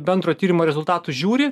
bendro tyrimo rezultatų žiūri